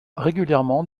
régulièrement